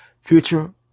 future